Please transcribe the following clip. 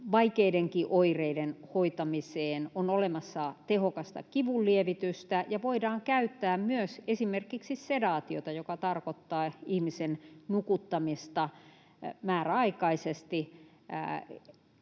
vaikeidenkin oireiden hoitamiseen. On olemassa tehokasta kivunlievitystä, ja voidaan käyttää myös esimerkiksi sedaatiota, joka tarkoittaa ihmisen nukuttamista määräaikaisesti,